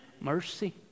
mercy